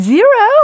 Zero